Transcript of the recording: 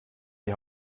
die